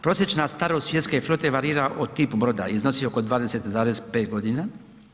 Prosječna starost svjetske flote varira o tipu broda, iznosi oko 20,5 godina.